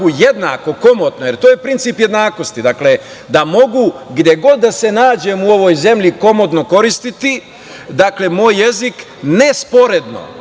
jednako, komotno, jer to je princip jednakosti, dakle da mogu gde god da se nađem u ovoj zemlji komotno koristiti moj jezik, ne sporedno,